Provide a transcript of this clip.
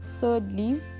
thirdly